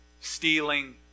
stealing